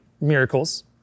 miracles